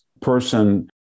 person